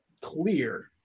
clear